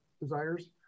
desires